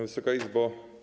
Wysoka Izbo!